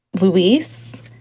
luis